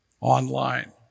online